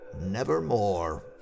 nevermore